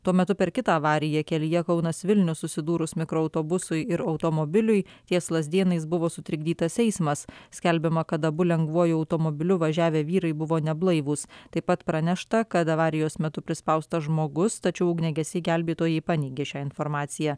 tuo metu per kitą avariją kelyje kaunas vilnius susidūrus mikroautobusui ir automobiliui ties lazdėnais buvo sutrikdytas eismas skelbiama kad abu lengvuoju automobiliu važiavę vyrai buvo neblaivūs taip pat pranešta kad avarijos metu prispaustas žmogus tačiau ugniagesiai gelbėtojai paneigė šią informaciją